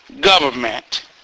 government